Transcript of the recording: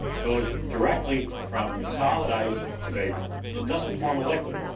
goes directly from the solid ice to vapor. it doesn't form a liquid.